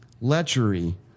lechery